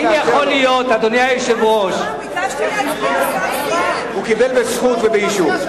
הוא קיבל בזכות ובאישור.